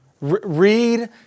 Read